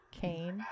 Cain